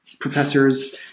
professors